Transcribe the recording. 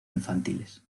infantiles